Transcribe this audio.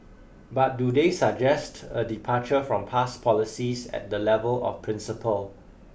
but do they suggest a departure from past policies at the level of principle